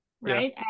right